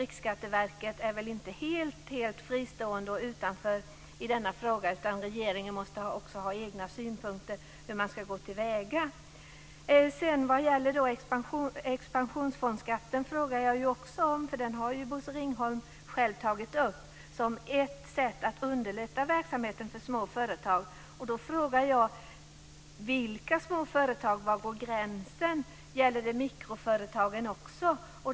Riksskatteverket är väl inte helt fristående i denna fråga utan regeringen måste ha egna synpunkter på hur man ska gå till väga. Jag frågade också om skatten på expansionsfonder. Den frågan har Bosse Ringholm själv tagit upp som ett sätt att underlätta verksamheten för småföretag. Vilka småföretag? Var går gränsen? Gäller det också mikroföretagen?